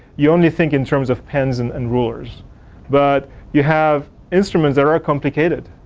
you only think in terms of pens and and rulers but you have instruments that are are complicated.